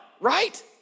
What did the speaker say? right